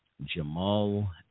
Jamal